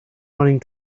running